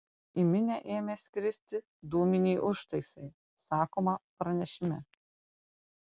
į minią ėmė skristi dūminiai užtaisai sakoma pranešime